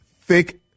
thick